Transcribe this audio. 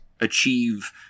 achieve